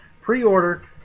Pre-order